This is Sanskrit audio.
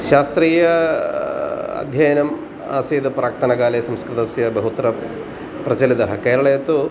शास्त्रीय अध्ययनम् आसीत् प्राक्तनकाले संस्कृतस्य बहुत्र प्रचलितः केरळे तु